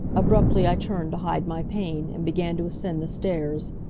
abruptly i turned to hide my pain, and began to ascend the stairs.